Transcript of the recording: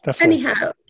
anyhow